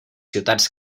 ciutats